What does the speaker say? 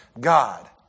God